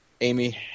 Amy